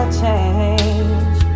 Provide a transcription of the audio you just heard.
change